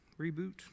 Reboot